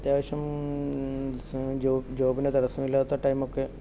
അത്യാവശ്യം ജോബിന് ജോബിന് തടസ്സം ഇല്ലത്ത ടൈം ഒക്കെ